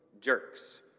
jerks